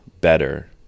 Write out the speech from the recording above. better